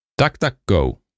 DuckDuckGo